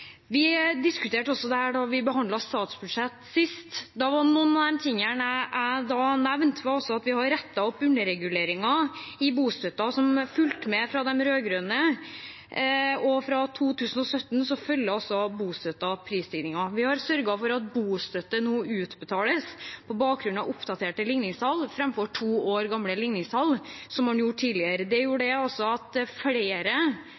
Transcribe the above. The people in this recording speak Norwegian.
Vi diskuterte også dette da vi behandlet statsbudsjett sist. En av de tingene jeg da nevnte, var at vi har rettet opp underreguleringer i bostøtten som fulgte med fra de rød-grønne. Fra 2017 følger bostøtten prisstigningen. Vi har sørget for at bostøtte nå utbetales på bakgrunn av oppdaterte ligningstall – framfor to år gamle ligningstall, som man gjorde tidligere. Det gjorde også at flere